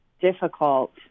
difficult